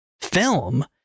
film